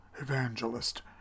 evangelist